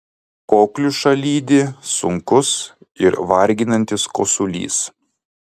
kokliušą lydi sunkus ir varginantis kosulys